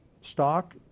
stock